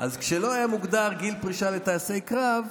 כשלא היה מוגדר גיל פרישה לטייסי קרב,